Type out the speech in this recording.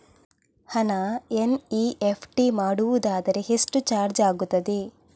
ಹಣ ಎನ್.ಇ.ಎಫ್.ಟಿ ಮಾಡುವುದಾದರೆ ಎಷ್ಟು ಚಾರ್ಜ್ ಆಗುತ್ತದೆ?